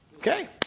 Okay